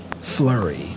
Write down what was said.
flurry